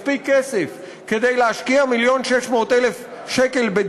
מספיק כסף כדי להשקיע 1.6 מיליון שקל בדירה.